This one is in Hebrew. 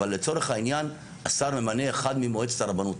אבל לצורך העניין השר ממנה אחד ממועצת הרבנות